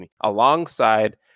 alongside